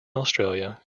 australia